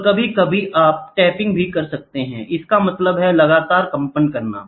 और कभी कभी आप टैपिंग भी कर सकते हैं इसका मतलब है लगातार कंपन करना